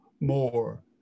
more